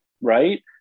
Right